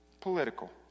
political